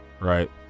right